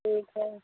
ठीक है